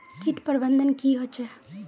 किट प्रबन्धन की होचे?